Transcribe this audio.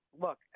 Look